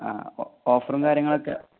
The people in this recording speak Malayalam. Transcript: ആ ഓഫറും കാര്യങ്ങളൊക്കെ